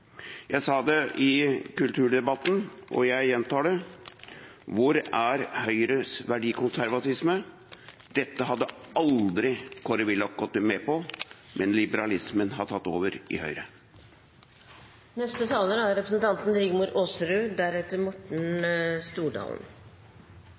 Jeg sa det i kulturdebatten, og jeg gjentar det: Hvor er Høyres verdikonservatisme? Dette hadde aldri Kåre Willoch gått med på, men liberalismen har tatt over i